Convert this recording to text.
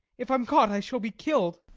if i'm caught i shall be killed.